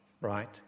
right